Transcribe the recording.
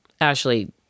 Ashley